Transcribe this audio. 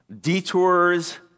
detours